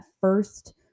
first